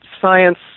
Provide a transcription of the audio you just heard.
science